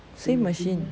same machine